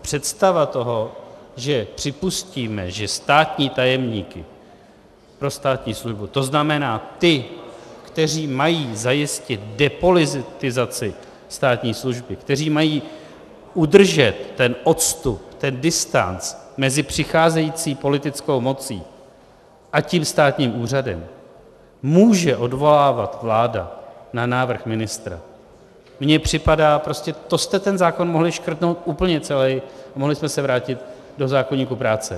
Představa toho, že připustíme, že státní tajemníky pro státní službu, to znamená ty, kteří mají zajistit depolitizaci státní služby, kteří mají udržet ten odstup, ten distanc mezi přicházející politickou mocí a tím státním úřadem, může odvolávat vláda na návrh ministra, mně připadá prostě to jste ten zákon mohli škrtnout úplně celý a mohli jsme se vrátit do zákoníku práce.